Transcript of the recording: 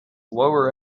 lower